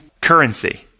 currency